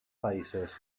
países